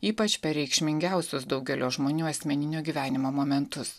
ypač per reikšmingiausius daugelio žmonių asmeninio gyvenimo momentus